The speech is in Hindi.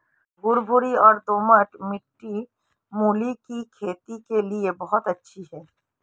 भुरभुरी और दोमट मिट्टी मूली की खेती के लिए बहुत अच्छी है